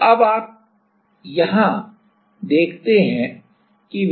तो अब यहाँ आप देखते हैं कि विस्थापन x है